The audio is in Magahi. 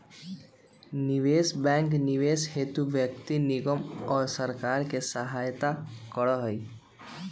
निवेश बैंक निवेश हेतु व्यक्ति निगम और सरकार के सहायता करा हई